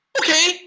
okay